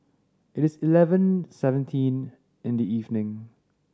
it is eleven seventeen in the evening